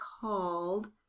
called